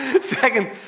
Second